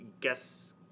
guess